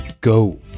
go